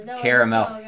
caramel